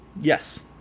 Yes